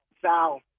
Sal